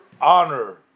honor